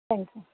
thank you